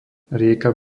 rieka